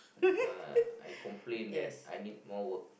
uh I complain that I need more work